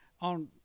on